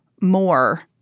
more